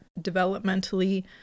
developmentally